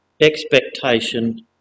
expectation